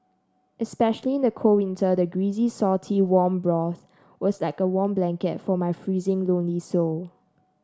especially in the cold winter the greasy salty warm broth was like a warm blanket for my freezing lonely soul